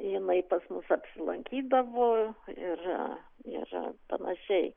jinai pas mus apsilankydavo ir ir panašiai